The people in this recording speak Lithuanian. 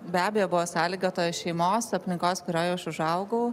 be abejo buvo sąlygota šeimos aplinkos kurioj aš užaugau